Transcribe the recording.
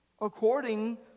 according